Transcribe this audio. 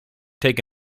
take